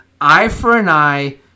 eye-for-an-eye